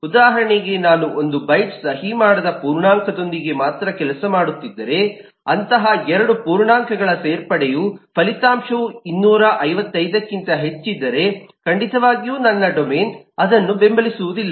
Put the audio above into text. ಉದಾಹರಣೆಗೆ ನಾನು ಒಂದು ಬೈಟ್ ಸಹಿ ಮಾಡದ ಪೂರ್ಣಾಂಕದೊಂದಿಗೆ ಮಾತ್ರ ಕೆಲಸ ಮಾಡುತ್ತಿದ್ದರೆ ಅಂತಹ ಎರಡು ಪೂರ್ಣಾಂಕಗಳ ಸೇರ್ಪಡೆಯ ಫಲಿತಾಂಶವು 255 ಕ್ಕಿಂತ ಹೆಚ್ಚಿದ್ದರೆ ಖಂಡಿತವಾಗಿಯೂ ನನ್ನ ಡೊಮೇನ್ ಅದನ್ನು ಬೆಂಬಲಿಸುವುದಿಲ್ಲ